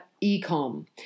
e-com